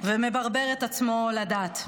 ומברבר את עצמו לדעת.